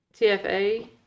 TFA